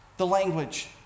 language